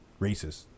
racist